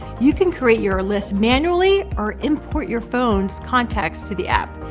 you can create your list manually or import your phones context to the app.